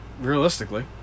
realistically